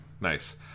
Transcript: Nice